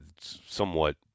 Somewhat